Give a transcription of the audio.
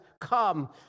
come